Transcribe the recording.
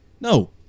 no